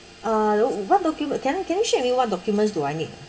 uh what document can can I check with you what documents do I need